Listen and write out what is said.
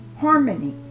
harmony